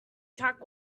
track